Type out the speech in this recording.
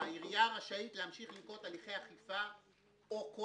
שהעירייה רשאית לנקוט הליכי אכיפה או כל